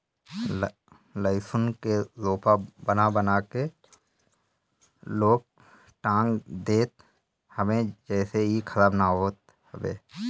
लहसुन के झोपा बना बना के लोग टांग देत हवे जेसे इ खराब ना होत हवे